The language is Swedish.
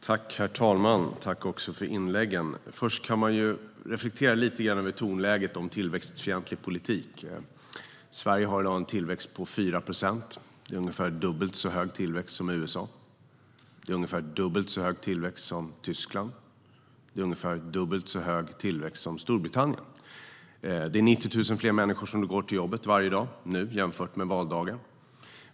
Herr talman! Tack för inläggen! Först kan man reflektera lite grann över tonläget kring tillväxtfientlig politik. Sverige har i dag en tillväxt på 4 procent. Det är ungefär dubbelt så hög tillväxt som USA. Det är ungefär dubbelt så hög tillväxt som Tyskland och ungefär dubbelt så hög tillväxt som Storbritannien. Det är 90 000 fler människor som går till jobbet varje dag nu jämfört med valdagen.